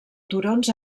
turons